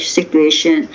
situation